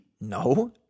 No